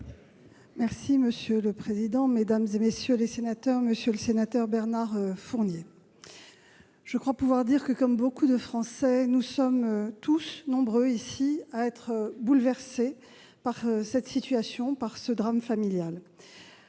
santé. Monsieur le président, mesdames, messieurs les sénateurs, monsieur le sénateur Bernard Fournier, je crois pouvoir le dire, comme beaucoup de Français, nous sommes nombreux ici à être bouleversés par cette situation, par ce drame familial,